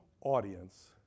audience